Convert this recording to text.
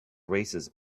races